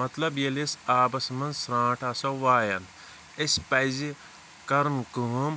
مطلب ییٚلہِ أسۍ آبَس منٛز سرانٛٹھ آسَو وایان اَسہِ پَزٕ کَرُن کٲم